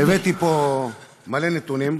והבאתי פה מלא נתונים,